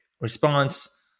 response